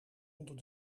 onder